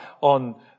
on